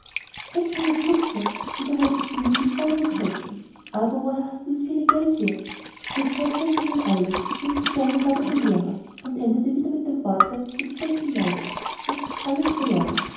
sechshundert blutzger wiederholte stineli voller entsetzen aber woher hast du das viele geld hier rico erzählte nun alles wie es gegangen war bei dem lehrer und endete wieder mit dem worte des größten leides jetzt ist alles verloren